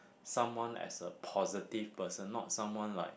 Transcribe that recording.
someone as a positive person not someone like